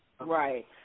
Right